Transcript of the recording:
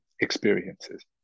experiences